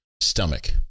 stomach